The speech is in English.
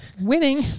winning